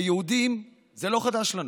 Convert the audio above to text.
כיהודים זה לא חדש לנו.